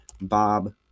Bob